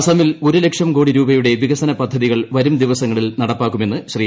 അസമിൽ ഒരു ില്ലക്ഷം കോടി രൂപയുടെ വികസന പദ്ധതികൾ വരും ദിവസൂങ്ങളിൽ നടപ്പാക്കുമെന്ന് ശ്രീ